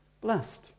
Blessed